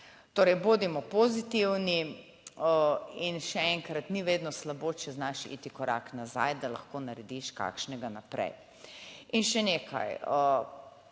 Torej, bodimo pozitivni. In še enkrat, ni vedno slabo, če znaš iti korak nazaj, da lahko narediš kakšnega naprej. In še nekaj.